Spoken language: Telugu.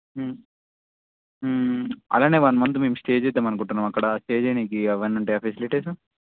అలాగే వన్ మంత్ మేము స్టే చేద్దాం అనుకుంటున్నాం అక్కడ స్టే చేయడానికి అవన్నీ ఉంటాయా ఫెసిలిటీసు